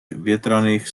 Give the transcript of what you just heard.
větraných